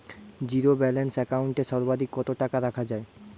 Zero balance account এ সর্বাধিক কত টাকা রাখা য়ায়?